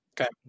Okay